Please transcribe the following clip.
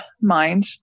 mind